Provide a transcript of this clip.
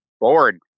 bored